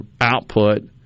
output